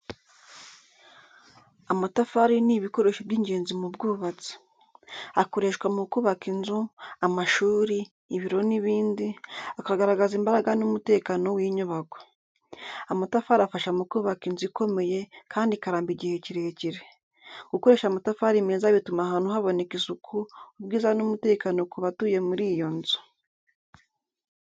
Amatafari ni ibikoresho by’ingenzi mu bwubatsi. Akoreshwa mu kubaka inzu, amashuri, ibiro n’ibindi, akagaragaza imbaraga n’umutekano w’inyubako. Amatafari afasha mu kubaka inzu ikomeye, kandi ikaramba igihe kirekire. Gukoresha amatafari meza bituma ahantu haboneka isuku, ubwiza n’umutekano ku batuye muri iyo nzu.